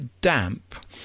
damp